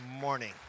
morning